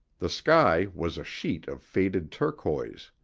the sky was a sheet of faded turquoise.